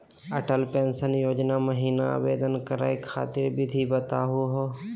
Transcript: Atal pension Yojana महिना आवेदन करै खातिर विधि बताहु हो?